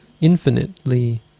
infinitely